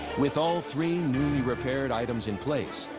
with all three newly repaired items in place,